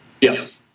Yes